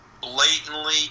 blatantly